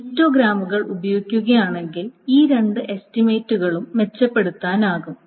ഹിസ്റ്റോഗ്രാമുകൾ ഉപയോഗിക്കുകയാണെങ്കിൽ ഈ രണ്ട് എസ്റ്റിമേറ്റുകളും മെച്ചപ്പെടുത്താനാകും